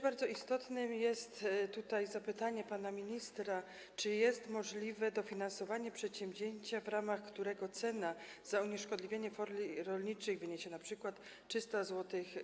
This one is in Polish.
Bardzo istotne jest też zapytanie tutaj pana ministra, czy jest możliwe dofinansowanie przedsięwzięcia, w ramach którego cena za unieszkodliwienie folii rolniczych wyniesie np. 300 zł za 1 t?